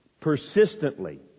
persistently